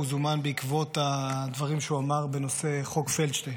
שהוא זומן בעקבות הדברים שהוא אמר בנושא חוק פלדשטיין,